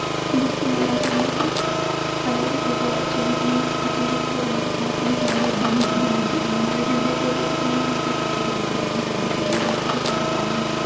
जित्थै तगर मेरा कम्म ऐ कि पैह्लें नां फोटू अच्छे खिच्चने अच्छे खिचगे ओह्दे बाद बाकी सारे जिन्ने दीन दुनिया दे जिन्ने फोटू खिच्चने न बाकी सारे भेजी देने न ऐडिट उडिट मारियै सारा कम्म मेरा